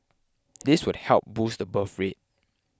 this would help boost the birth rate